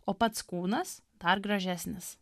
o pats kūnas dar gražesnis